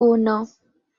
uno